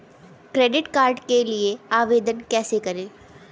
Credit card के लिए आवेदन कैसे करें?